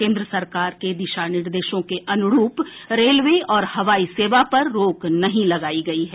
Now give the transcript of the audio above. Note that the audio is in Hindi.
केन्द्र सरकार के दिशा निर्देशों के अनुरूप रेलवे और हवाई सेवा पर रोक नहीं लगायी गयी है